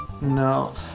No